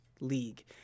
league